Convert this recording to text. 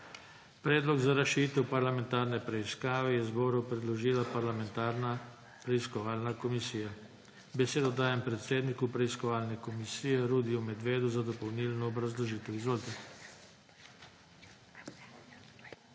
Predlog za razširitev parlamentarne preiskave je zboru predložila preiskovalna komisija. Besedo dajem predsedniku preiskovalne komisije Robertu Pavšiču za dopolnilno obrazložitev. Izvolite.